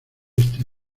este